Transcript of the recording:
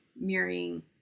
mirroring